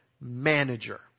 manager